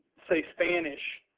say, spanish,